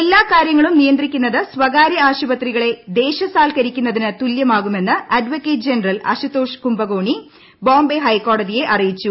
എല്ലാ കാര്യങ്ങളും നിയന്ത്രിക്കുന്നത് സ്വകാര്യ ആശുപത്രികളെ ദേശസാൽക്കരിക്കുന്നതിന് തുല്യമാകുമെന്ന് അഡ്വക്കേറ്റ് ജനറൽ അശുതോഷ് കുംഭകോണി ബോംബെ ഹൈക്കോടതിയെ അറിയിച്ചു